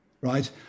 right